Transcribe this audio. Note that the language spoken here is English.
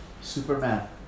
Superman